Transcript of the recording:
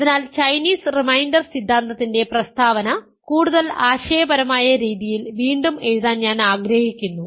അതിനാൽ Chinese remainder സിദ്ധാന്തത്തിന്റെ പ്രസ്താവന കൂടുതൽ ആശയപരമായ രീതിയിൽ വീണ്ടും എഴുതാൻ ഞാൻ ആഗ്രഹിക്കുന്നു